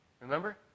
Remember